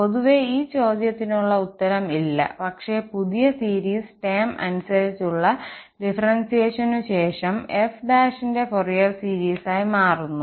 പൊതുവേ ഈ ചോദ്യത്തിനുള്ള ഉത്തരം ഇല്ല പക്ഷെ പുതിയ സീരിസ് ടേം അനുസരിച്ചുള്ള ഡിഫറൻഷ്യേഷൻ ശേഷം f ന്റെ ഫോറിയർ സീരീസായി മാറുന്നു